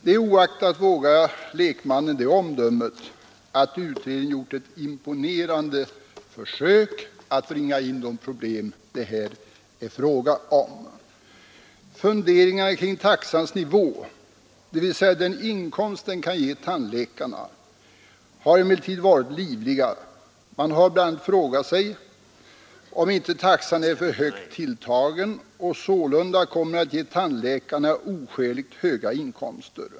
Det oaktat vågar lekmannen det omdömet, att utredningen gjort ett imponerande försök att ringa in de problem det här är fråga om. Funderingarna kring taxans nivå, dvs. den inkomst den kan ge tandläkarna, har emellertid varit livliga. Man har bl.a. frågat sig om inte taxan är för högt tilltagen och sålunda kommer att ge tandläkarna oskäligt höga inkomster.